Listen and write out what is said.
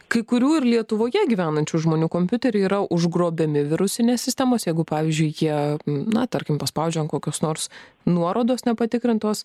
kai kurių ir lietuvoje gyvenančių žmonių kompiuteriai yra užgrobiami virusinės sistemos jeigu pavyzdžiui jie na tarkim paspaudžia ant kokios nors nuorodos nepatikrintos